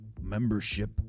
membership